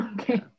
Okay